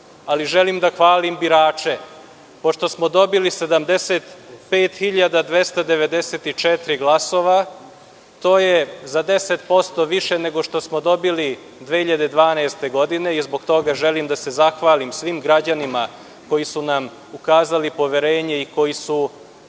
ali želim da hvalim birače, pošto smo dobili 75.294 glasa, a to je za 10% više nego što smo dobili 2012. godine. Zbog toga želim da se zahvalim svim građanima koji su nam ukazali poverenje i koji su